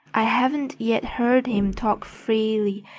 i haven't yet heard him talk freely,